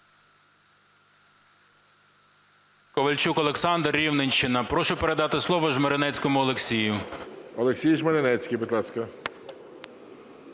Ковальчук Олександр, Рівненщина. Прошу передати слово Жмеренецькому Олексію. ГОЛОВУЮЧИЙ. Олексій Жмеренецький, будь ласка.